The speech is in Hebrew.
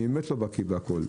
אני באמת לא בקיא בהכול.